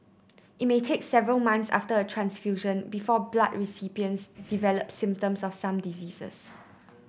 it may take several months after a transfusion before blood recipients develop symptoms of some diseases